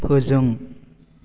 फोजों